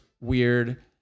weird